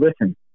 listen